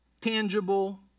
tangible